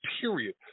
period